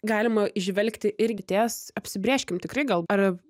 galima įžvelgti irgi ties apsibrėžkim tikrai gal ar